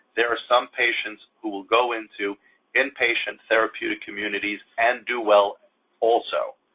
there are some patients who will go into inpatient therapeutic communities and do well also.